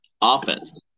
offense